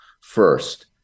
first